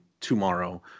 tomorrow